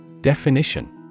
Definition